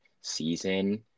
season